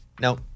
No